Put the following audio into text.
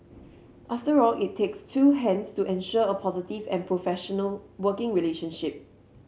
after all it takes two hands to ensure a positive and professional working relationship